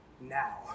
now